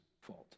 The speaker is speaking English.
fault